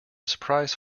surprise